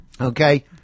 Okay